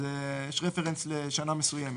יש רפרנס לשנה מסוימת.